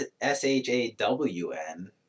S-H-A-W-N